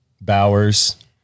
Bowers